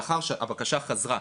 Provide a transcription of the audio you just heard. לאחר שהבקשה חזרה,